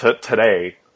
today